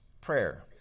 prayer